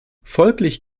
folglich